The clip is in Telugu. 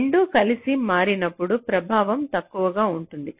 రెండూ కలిసి మారినప్పుడు ప్రభావం తక్కువగా ఉంటుంది